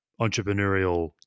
entrepreneurial